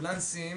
אמבולנסים